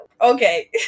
Okay